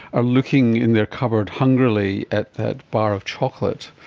are looking in their cupboard hungrily at that bar of chocolate.